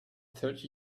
thirty